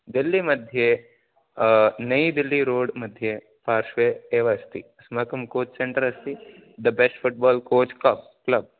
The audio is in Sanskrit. देल्लि मध्ये नै देल्लि रोड् मध्ये पार्श्वे एव अस्ति अस्माकं कोच् सेन्टर् अस्ति the best football coach cub club